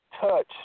touch